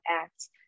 acts